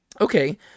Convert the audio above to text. Okay